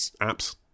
Apps